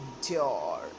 endure